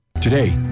Today